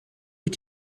wyt